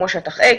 כמו שטח A,